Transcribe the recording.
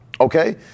Okay